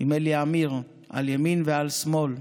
עם אלי עמיר, "על ימין ועל שמאל",